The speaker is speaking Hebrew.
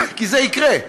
כי זה יקרה,